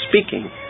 speaking